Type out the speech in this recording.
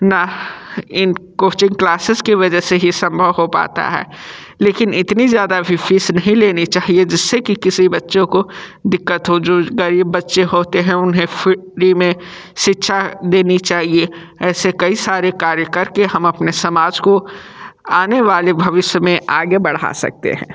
न इन coaching classes की वजह से ही सम्भव हो पाता है लेकिन इतनी ज़्यादा भी फ़ीस नहीं लेनी चाहिए जिससे कि किसी बच्चों को दिक्कत हो जो गरीब बच्चे होते हैं उन्हें फ़्री में शिक्षा देनी चाहिए ऐसे कई सारे कार्य करके हम अपने समाज को आने वाले भविष्य में आगे बढ़ा सकते हैं